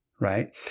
right